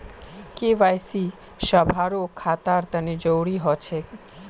KYC सभारो खातार तने जरुरी ह छेक